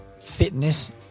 fitness